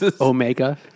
Omega